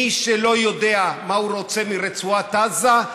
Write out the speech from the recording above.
מי שלא יודע מה הוא רוצה מרצועת עזה,